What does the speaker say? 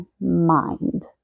mind